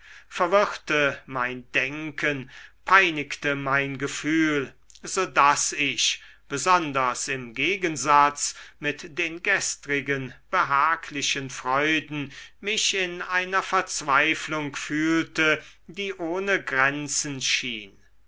verwirrte mein denken peinigte mein gefühl so daß ich besonders im gegensatz mit den gestrigen behaglichen freuden mich in einer verzweiflung fühlte die ohne grenzen schien